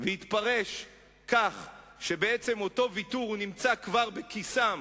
והתפרש כך שבעצם אותו ויתור נמצא כבר בכיסם